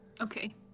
Okay